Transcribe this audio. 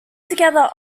together